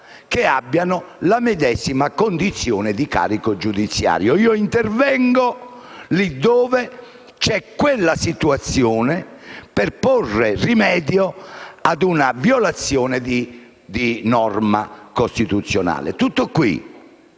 ne abbiamo prova - il medesimo carico giudiziario e si interviene lì dove c'è quella situazione, per porre rimedio a una violazione di norma costituzionale. Tutto qui.